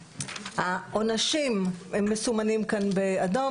העונשים הם מסומנים כאן באדום,